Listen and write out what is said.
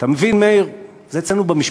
אתה מבין, מאיר, זה אצלנו במשפחה.